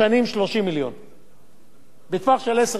בטווח של עשר שנים, היו צריכים לשאת בעלויות,